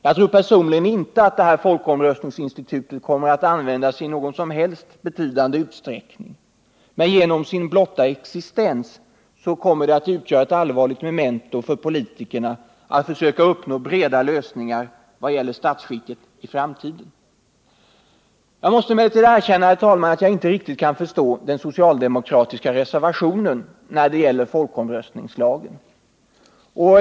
Jag tror personligen inte att detta folkomröstningsinstitut kommer att användas i någon betydande utsträckning, men genom sin blotta existens kommer det att utgöra ett allvarligt memento för politikerna att försöka uppnå breda lösningar vad gäller Jag måste emellertid erkänna, herr talman, att jag inte riktigt kan förstå den socialdemokratiska reservationen när det gäller folkomröstningslagen.